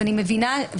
שוב,